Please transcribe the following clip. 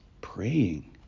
praying